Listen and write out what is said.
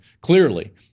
clearly